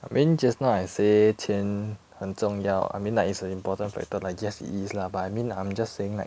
I mean just now I say 钱很重要 I mean like it's an important factor like yes it is lah but I mean I'm just saying like